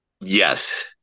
Yes